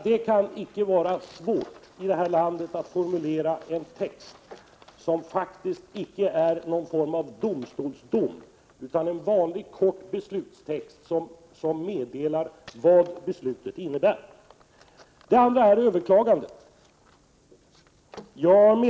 Det kan inte vara svårt att här i landet formulera en text som inte är någon form av domstolsdom utan en vanlig kort beslutstext som meddelar vad beslutet innebär. Sedan gäller det överklagandet.